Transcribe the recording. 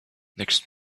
next